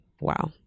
wow